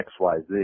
XYZ